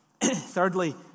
Thirdly